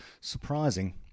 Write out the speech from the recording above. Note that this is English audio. surprising